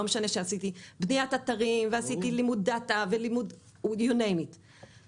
לא משנה שעשיתי בניית אתרים ועשיתי לימוד דאטה ולימוד מה שתרצו.